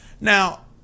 Now